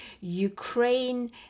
Ukraine